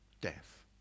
death